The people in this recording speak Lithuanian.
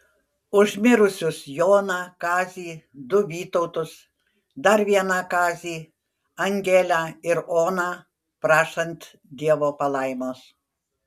už mirusius joną kazį du vytautus dar vieną kazį angelę ir oną prašant dievo palaimos